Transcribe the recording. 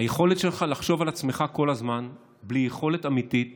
היכולת שלך לחשוב על עצמך כל הזמן בלי יכולת אמיתית